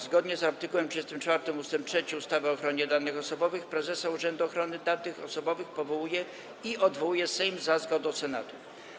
Zgodnie z art. 34 ust. 3 ustawy o ochronie danych osobowych prezesa Urzędu Ochrony Danych Osobowych powołuje i odwołuje Sejm za zgodą Senatu.